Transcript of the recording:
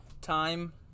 Time